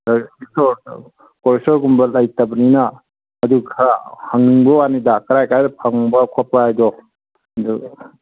ꯑꯩꯈꯣꯏ ꯁ꯭ꯇꯣꯔꯒꯨꯝꯕ ꯂꯩꯇꯕꯅꯤꯅ ꯑꯗꯨ ꯈꯔ ꯍꯪꯅꯤꯡꯕ꯭ꯋꯥꯅꯤꯗ ꯀꯔꯥꯏ ꯀꯔꯥꯏꯗ ꯐꯪꯕ ꯈꯣꯠꯄ ꯍꯥꯏꯗꯣ ꯑꯗꯨ